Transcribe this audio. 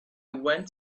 went